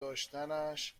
داشتنش